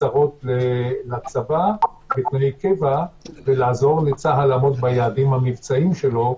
קצרות לצבא בתנאי קבע ולעזור לצה"ל לעמוד ביעדים המבצעיים שלו,